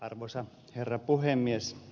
arvoisa herra puhemies